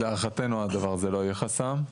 להערכתנו הדבר הזה לא יהיה חסם.